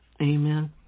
Amen